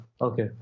Okay